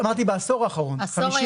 אמרתי בעשור האחרון 50,000. עשור,